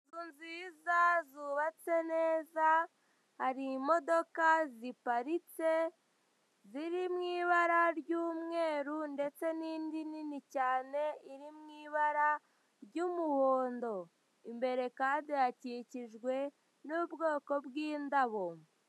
Inzu nziza zubatse neza hari imodoka ziparitse ziri mu ibara ry'umweru ndetse n'indi nini cyane iri mu ibara ry'umuhondo, imbere kandi hakikijwe n'ubwoko bw'indabo